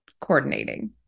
coordinating